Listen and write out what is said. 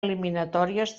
eliminatòries